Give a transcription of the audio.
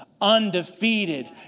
undefeated